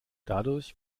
dadurch